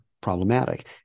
problematic